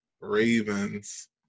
Ravens